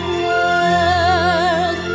world